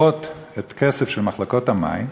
לוקחות את הכסף של מחלקות המים